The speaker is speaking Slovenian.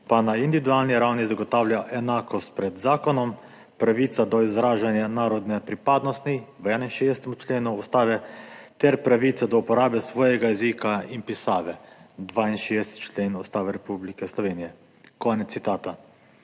pa na individualni ravni zagotavlja enakost pred zakonom, pravico do izražanja narodne pripadnosti, 61. člen Ustave, ter pravico do uporabe svojega jezika in pisave, 62. člen Ustave Republike Slovenije.« Konec citata.